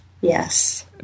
yes